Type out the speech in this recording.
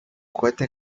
cohete